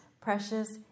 precious